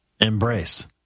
embrace